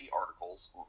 articles